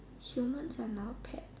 humans are now pets